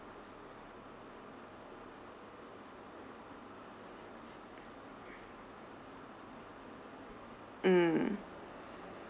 mm